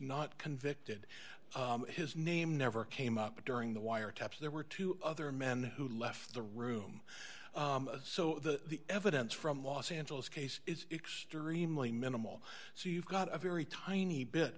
not convicted his name never came up during the wiretaps there were two other men who left the room so the evidence from los angeles case is extremely minimal so you've got a very tiny bit